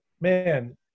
man